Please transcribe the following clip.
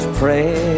pray